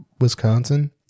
Wisconsin